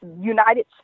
United